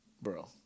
Bro